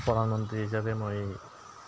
প্ৰধানমন্ত্ৰী হিচাপে মই